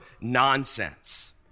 nonsense